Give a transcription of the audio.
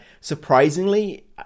surprisingly